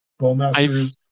Bowmasters